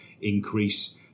increase